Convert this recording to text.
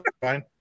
fine